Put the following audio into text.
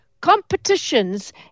competitions